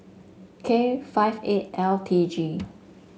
K five eight L T G